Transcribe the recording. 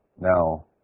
Now